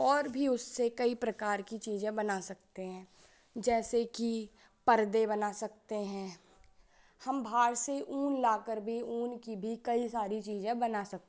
और भी उससे कई प्रकार की चीज़ें बना सकते हैं जैसे कि परदे बना सकते हैं हम बाहर से ऊन लाकर भी ऊन की भी कई सारी चीज़ें बना सकते हैं